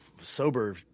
sober